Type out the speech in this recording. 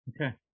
Okay